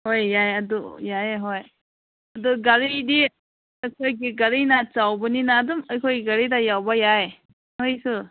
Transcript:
ꯍꯣꯏ ꯌꯥꯏ ꯑꯗꯨ ꯌꯥꯏꯌꯦ ꯍꯣꯏ ꯑꯗꯨ ꯒꯥꯔꯤꯗꯤ ꯑꯩꯈꯣꯏꯒꯤ ꯒꯥꯔꯤꯅ ꯆꯥꯎꯕꯅꯤꯅ ꯑꯗꯨꯝ ꯑꯩꯈꯣꯏ ꯒꯥꯔꯤꯗ ꯌꯥꯎꯕ ꯌꯥꯏ ꯅꯣꯏꯁꯨ